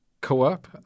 Co-op